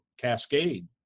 cascade